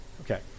Okay